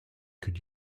could